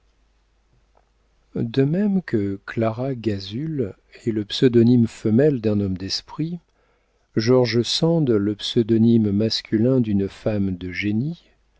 de même que clara gazul est le pseudonyme femelle d'un homme d'esprit george sand le pseudonyme masculin d'une femme de génie